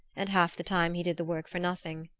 and half the time he did the work for nothing.